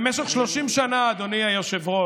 במשך 30 שנה, אדוני היושב-ראש,